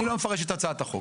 אני לא מפרש את הצעת החוק.